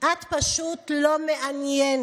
"את פשוט לא מעניינת.